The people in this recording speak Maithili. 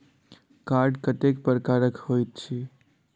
कार्ड कतेक प्रकारक होइत छैक?